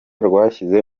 rwashyize